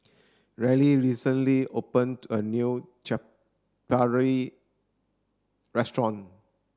Riley recently opened a new Chaat Papri restaurant